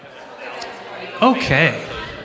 Okay